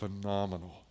phenomenal